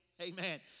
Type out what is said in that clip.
Amen